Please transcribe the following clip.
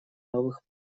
новых